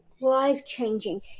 life-changing